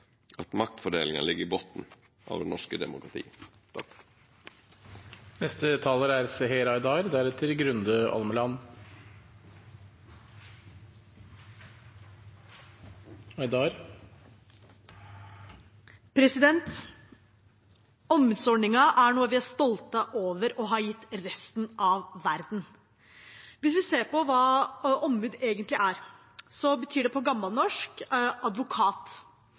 at maktfordelinga ligg i botn av det norske demokratiet. Ombudsordningen er noe vi er stolte over å ha gitt resten av verden. Hvis vi ser på hva et ombud egentlig er, betyr det på gammelnorsk advokat